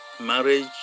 marriage